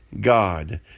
God